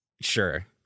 Sure